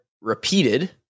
repeated